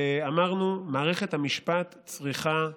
ואמרנו: מערכת המשפט צריכה איזון.